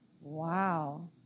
Wow